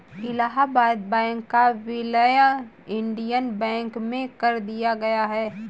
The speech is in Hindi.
इलाहबाद बैंक का विलय इंडियन बैंक में कर दिया गया है